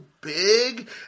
big